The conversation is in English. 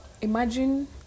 Imagine